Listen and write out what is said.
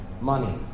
money